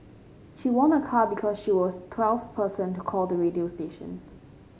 she won a car because she was twelfth person to call the radio station